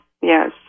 yes